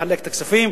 מחלק את הכספים,